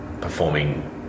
performing